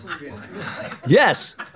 Yes